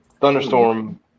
thunderstorm